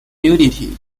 nudity